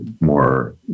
more